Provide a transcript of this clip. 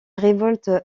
révolte